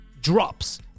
drops